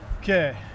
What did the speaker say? Okay